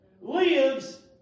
lives